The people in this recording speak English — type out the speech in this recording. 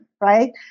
right